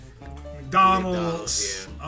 McDonald's